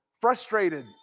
frustrated